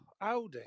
Audi